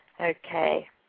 Okay